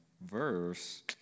verse